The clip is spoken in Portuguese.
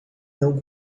não